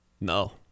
No